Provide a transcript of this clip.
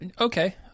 Okay